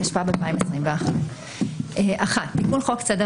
התשפ"ב-2021 תיקון חוק סדר